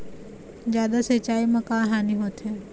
जादा सिचाई म का हानी होथे?